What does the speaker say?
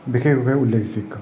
বিশেষভাৱে উল্লেখযোগ্য